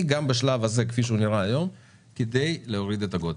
גם בשלב הזה כפי שהוא נראה היום כדי להוריד את הגודש.